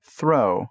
Throw